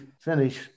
finish